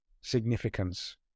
significance